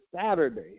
Saturday